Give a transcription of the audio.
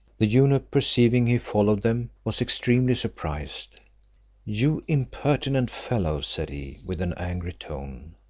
the eunuch perceiving he followed them, was extremely surprised you impertinent fellow, said he, with an angry tone,